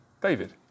David